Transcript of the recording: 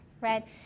right